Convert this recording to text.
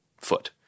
foot